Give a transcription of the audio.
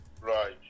Right